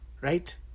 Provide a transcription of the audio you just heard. right